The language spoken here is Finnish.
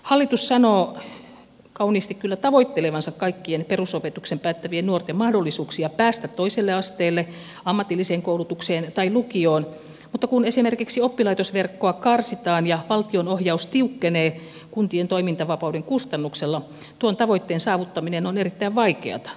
hallitus sanoo kauniisti kyllä tavoittelevansa kaikkien perusopetuksen päättävien nuorten mahdollisuuksia päästä toiselle asteelle ammatilliseen koulutukseen tai lukioon mutta kun esimerkiksi oppilaitosverkkoa karsitaan ja valtion ohjaus tiukkenee kuntien toimintavapauden kustannuksella tuon tavoitteen saavuttaminen on erittäin vaikeata